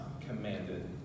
commanded